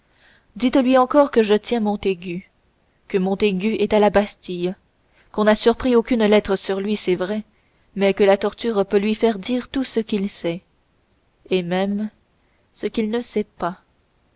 dites-lui encore que je tiens montaigu que montaigu est à la bastille qu'on n'a surpris aucune lettre sur lui c'est vrai mais que la torture peut lui faire dire ce qu'il sait et même ce qu'il ne sait pas